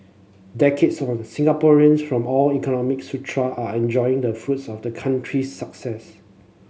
decades on the Singaporeans from all economic are enjoying the fruits of the country's success